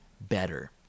better